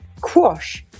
quash